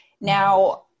Now